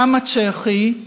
העם הצ'כי.